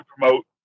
promote